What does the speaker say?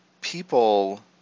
people